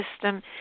system